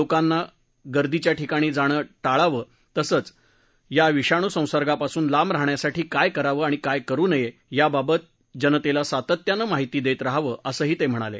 लोकांनी गर्दीच्या ठिकाणी जाणं टाळावं तसच या विषाणू संसर्गापासून लांब राहण्यासाठी काय करावं आणि काय करू नये याबाबत जनतेला सातत्यानं माहिती देत रहावं असही ते म्हणाले